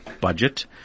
budget